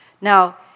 Now